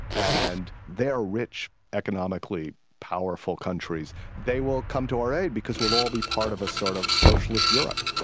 and they are rich, economically powerful countries, they will come to our aid because we will all be part of a sort of socialist europe.